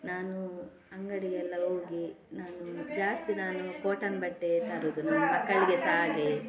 ನಾನು ಅಂಗಡಿಗೆಲ್ಲ ಹೋಗಿ ನಾನು ಜಾಸ್ತಿ ನಾನು ಕಾಟನ್ ಬಟ್ಟೆ ತರೋದು ನನ್ನ ಮಕ್ಕಳಿಗೆ ಸಹ ಹಾಗೆಯೇ